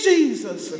Jesus